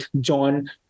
john